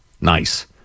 Nice